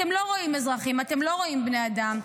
אתם לא רואים אזרחים, אתם לא רואים בני אדם.